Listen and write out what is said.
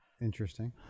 Interesting